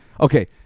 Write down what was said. Okay